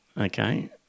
Okay